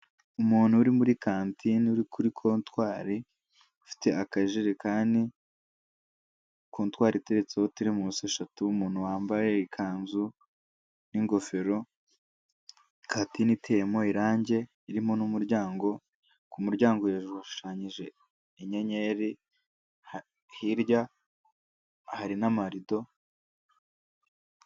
Umuntu uri muri kantine uri kuri kotwari ufite akajerekani, kontwari iteretseho turemusi eshatu, umuntuntu wambaye ikanzu n'ingofero, kantine iteyemo irange irimo n'umuryango, ku muryango hejuru hashushanyije inyenyeri, hirya hari n'amarido.